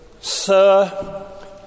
sir